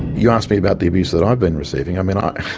you ask me about the abuse that i've been receiving, i mean i,